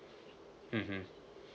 mmhmm